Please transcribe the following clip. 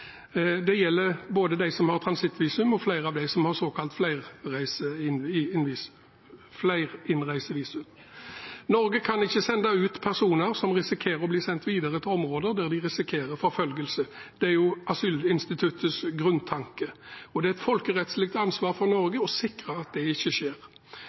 Det gjelder både de som har transittvisum, og flere av dem som har såkalt flerinnreisevisum. Norge kan ikke sende ut personer som risikerer å bli sendt videre til områder der de risikerer forfølgelse. Det er asylinstituttets grunntanke, og det er et folkerettslig ansvar for Norge å sikre at det ikke skjer.